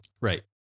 Right